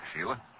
Sheila